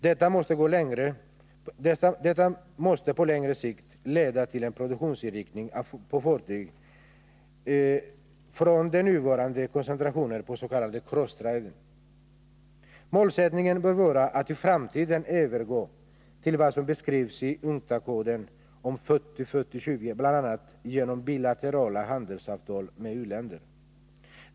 Detta måste på längre sikt leda till att produktionsinriktningen för fartyg ändras från den nuvarande koncentrationen på s.k. cross-trading. Målsättningen bör vara att i framtiden övergå till vad som föreskrivs i UNCTAD-koden om 40-40-20, bl.a. genom bilaterala handelsavtal med u-länder.